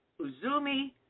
Uzumi